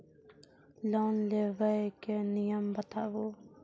Loan लेबे के नियम बताबू?